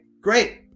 great